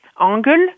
angle